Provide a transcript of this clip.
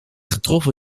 getroffen